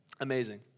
Amazing